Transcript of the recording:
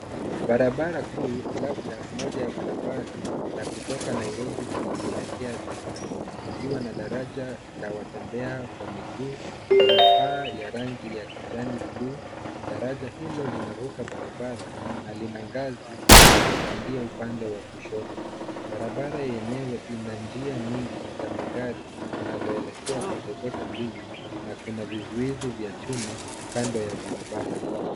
Barabara kuu labda moja ya barabara za kutoka Nairobi ikielekea Thika ikiwa na daraja la watembea kwa miguu lenye paa ya rangi ya kijani blue , daraja hilo linavuka barabara na lina ngazi za kupandia upande wa kushoto. Barabara yenyewe ina njia nyingi za magari zinazoelekea pande zote mbili na kuna vizuizi vya chuma kando ya barabara.